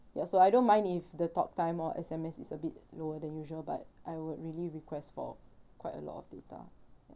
ya so I don't mind if the talk time or S_M_S is a bit lower than usual but I would really request for quite a lot of data